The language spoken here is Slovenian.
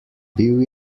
bil